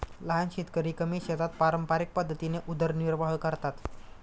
लहान शेतकरी कमी शेतात पारंपरिक पद्धतीने उदरनिर्वाह करतात